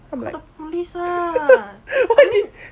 call the police I mean